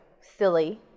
silly